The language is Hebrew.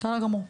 בסדר גמור.